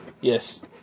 Yes